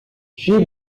she